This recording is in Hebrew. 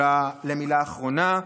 למילה אחרונה.